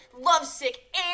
lovesick